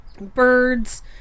birds